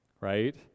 Right